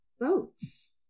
boats